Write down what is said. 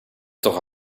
toch